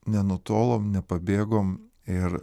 nenutolom nepabėgom ir